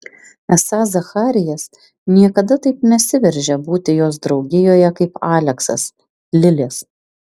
esą zacharijas niekada taip nesiveržia būti jos draugijoje kaip aleksas lilės